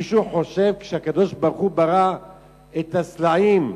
מישהו חושב, כשהקב"ה ברא את הסלעים,